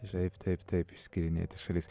taip taip taip išskyrinėti šalis